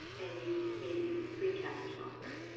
and you've made it using screen capture software.